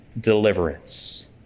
deliverance